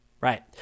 Right